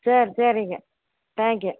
சரி சரிங்க thank you